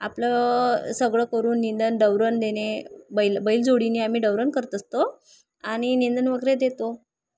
आपलं सगळं करून निंदण दवरण देणे बैल बैलजोडीने आम्ही डवरण करत असतो आणि निंदण वगैरे देतो